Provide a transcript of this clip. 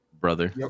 brother